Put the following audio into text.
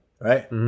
right